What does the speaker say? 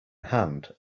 hand